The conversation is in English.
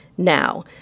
Now